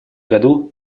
году